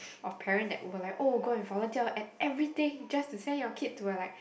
of parent that will like oh go and follow child at everything just to send your kid to a like